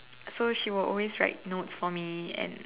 so she will always write notes for me and